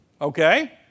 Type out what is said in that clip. Okay